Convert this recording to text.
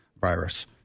virus